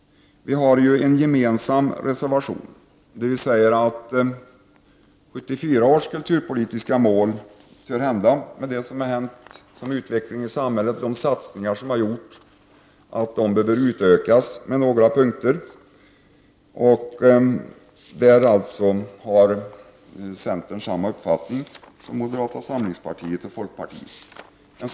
Vi har en gemensam reservation, där vi säger att 1974 års kulturpolitiska mål törhända behöver utökas med några punkter mot bakgrund av utvecklingen i samhället och de satsningar som har gjorts. Centern har samma uppfattning som moderata samlingspartiet och folkpartiet.